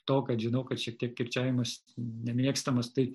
to kad žinau kad šiek tiek kirčiavimas nemėgstamas tai